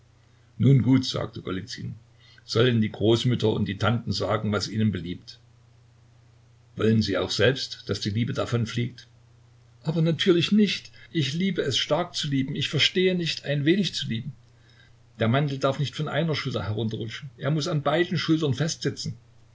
nun gut sagte golizyn sollen die großmütter und die tanten sagen was ihnen beliebt wollen sie auch selbst daß die liebe davonfliegt aber natürlich nicht ich liebe es stark zu lieben ich verstehe nicht ein wenig zu lieben der mantel darf nicht von einer schulter herunterrutschen er muß an beiden schultern festsitzen